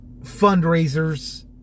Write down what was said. fundraisers